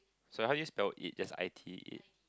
so how do you spell it just I T